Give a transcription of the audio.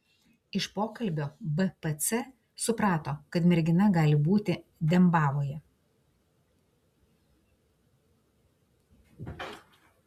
iš pokalbio bpc suprato kad mergina gali būti dembavoje